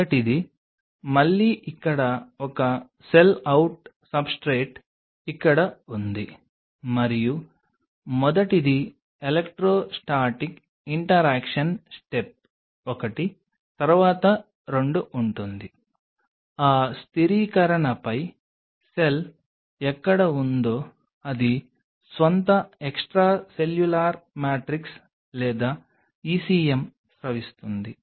మొదటిది మళ్లీ ఇక్కడ ఒక సెల్ అవుట్ సబ్స్ట్రేట్ ఇక్కడ ఉంది మరియు మొదటిది ఎలక్ట్రో స్టాటిక్ ఇంటరాక్షన్ స్టెప్ ఒకటి తర్వాత 2 ఉంటుంది ఆ స్థిరీకరణపై సెల్ ఎక్కడ ఉందో అది స్వంత ఎక్స్ట్రా సెల్యులార్ మ్యాట్రిక్స్ లేదా ECM స్రవిస్తుంది